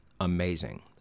amazing